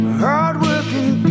hardworking